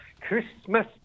Christmas